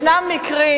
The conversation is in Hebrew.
יש מקרים,